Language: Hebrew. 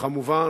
וכמובן